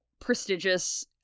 prestigious